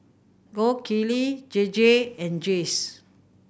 Gold Kili J J and Jays